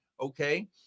okay